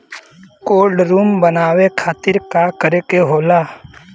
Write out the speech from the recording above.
Cold room बनावे खातिर का करे के होला?